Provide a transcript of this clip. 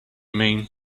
mean